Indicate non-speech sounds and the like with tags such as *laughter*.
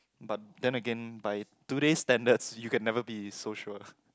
but then again by today's *laughs* standards you can never be so sure